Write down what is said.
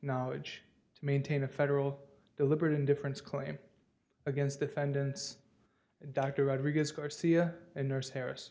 knowledge to maintain a federal deliberate indifference claim against defendants dr rodriguez garcia a nurse